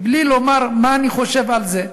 בלי לומר מה אני חושב על זה,